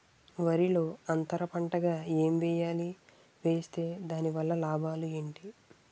వరిలో అంతర పంట ఎం వేయాలి? వేస్తే దాని వల్ల లాభాలు ఏంటి?